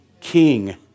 king